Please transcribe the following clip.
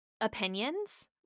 opinions